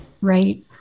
right